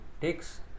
takes